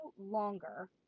longer